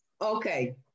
okay